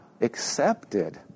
accepted